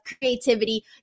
creativity